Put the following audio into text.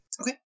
Okay